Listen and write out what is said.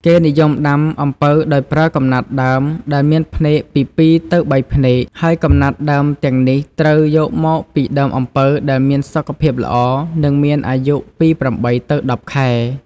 គេនិយមដាំអំពៅដោយប្រើ កំណាត់ដើម ដែលមានភ្នែក ពី ២ ទៅ ៣ ភ្នែក ហើយកំណាត់ដើមទាំងនេះត្រូវយកមកពីដើមអំពៅដែលមានសុខភាពល្អ និងមានអាយុពី ៨ ទៅ ១០ ខែ។